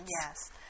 Yes